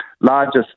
largest